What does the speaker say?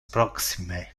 proxime